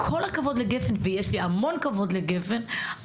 תורידו את גפ"ן.